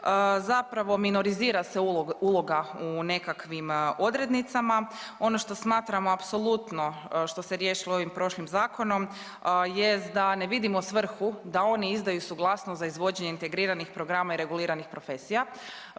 zapravo minorizira se uloga u nekakvim odrednicama. Ono što smatramo apsolutno što se riješilo ovim prošlim zakonom jest da ne vidimo svrhu da oni izdaju suglasnost za izvođenje integriranih programa i reguliranih profesija.